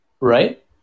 Right